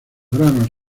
granos